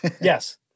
yes